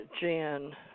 Jan